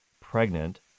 pregnant